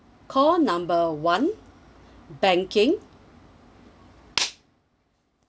call number one banking